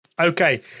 Okay